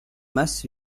mess